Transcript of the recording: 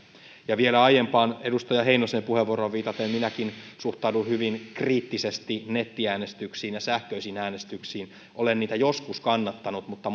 ja vielä aiempaan edustaja heinosen puheenvuoroon viitaten minäkin suhtaudun hyvin kriittisesti nettiäänestyksiin ja sähköisiin äänestyksiin olen niitä joskus kannattanut mutta